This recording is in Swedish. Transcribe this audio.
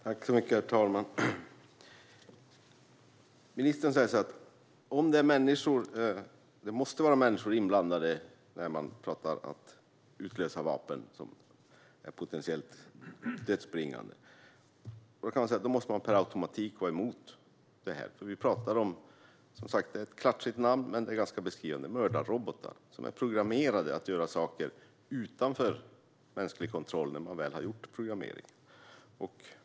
Herr talman! Ministern säger att det måste vara människor inblandade när det handlar om att utlösa vapen som är potentiellt dödsbringande. Då måste man ju per automatik vara emot detta. Vi talar ju om vad som med ett klatschigt namn kan beskrivas som mördarrobotar. De är programmerade att göra saker utanför mänsklig kontroll när man väl har gjort programmeringen.